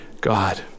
God